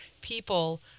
people